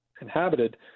inhabited